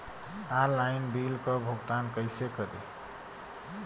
Online bill क भुगतान कईसे करी?